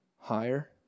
higher